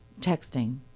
texting